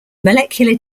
molecular